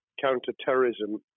counter-terrorism